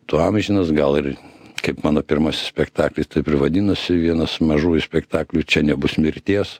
tu amžinas gal ir kaip mano pirmasis spektaklis taip ir vadinosi vienas mažųjų spektaklių čia nebus mirties